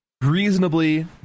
reasonably